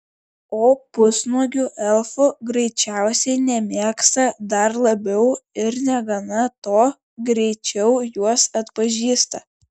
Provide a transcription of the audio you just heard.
o pusnuogių elfų greičiausiai nemėgsta dar labiau ir negana to greičiau juos atpažįsta